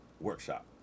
workshop